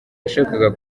yashakaga